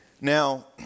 Now